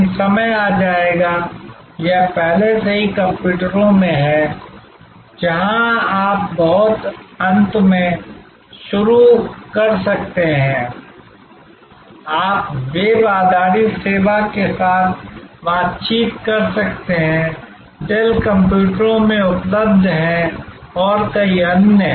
लेकिन समय आ जाएगा यह पहले से ही कंप्यूटरों में है जहां आप बहुत अंत में शुरू कर सकते हैं आप वेब आधारित सेवा के साथ बातचीत कर सकते हैं डेल कंप्यूटरों में उपलब्ध हैं और कई अन्य